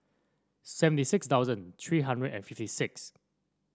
seventy six thousand three hundred and fifty six